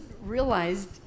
realized